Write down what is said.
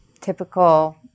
typical